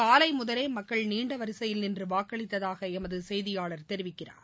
காலை முதலே மக்கள் நீண்ட வரிசையில் நின்று வாக்களித்ததாக எமது செய்தியாளர் தெரிவிக்கிறார்